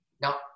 Now